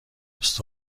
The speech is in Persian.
دوست